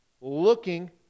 looking